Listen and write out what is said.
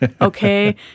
Okay